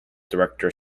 director